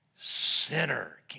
sinner